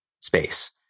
space